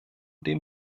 dem